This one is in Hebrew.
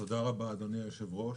תודה רבה, אדוני היושב-ראש.